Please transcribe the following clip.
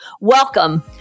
Welcome